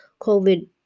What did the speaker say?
COVID